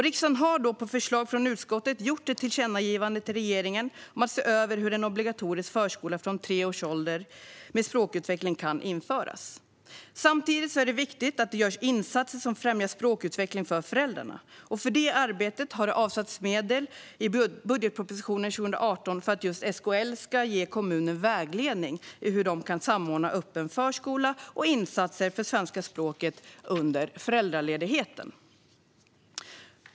Riksdagen har på förslag från utskottet riktat ett tillkännagivande till regeringen om att se över hur en obligatorisk förskola med språkutveckling kan införas från tre års ålder. Samtidigt är det viktigt att det görs insatser som främjar språkutveckling hos föräldrarna. För det arbetet har det i budgetpropositionen 2018 avsatts medel för att SKL ska ge kommuner vägledning i hur de kan samordna öppen förskola och insatser för svenska språket under föräldraledigheten.